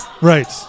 Right